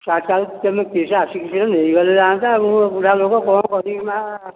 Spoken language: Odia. ଚାରିଟା ବେଳକୁ ତୁମେ ସେ କେମିତି ଆସିକି ସିନା ନେଇଗଲେ ଯାଆନ୍ତା ମୁଁ ବୁଢା ଲୋକ କ'ଣ କରିବି ମା'